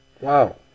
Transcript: Wow